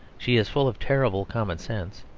she is full of terrible common-sense,